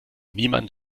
niemand